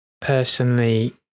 personally